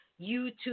YouTube